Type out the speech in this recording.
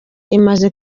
imaze